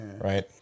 right